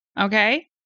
okay